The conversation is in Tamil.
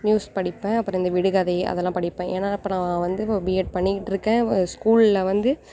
நியூஸ் படிப்பேன் அப்புறம் இந்த விடுகதை அதெலாம் படிப்பேன் ஏன்னா அப்புறம் வந்து இப்போ பிஎட் பண்ணிக்கிட்டு இருக்கேன் ஸ்கூலில் வந்து